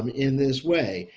um in this way,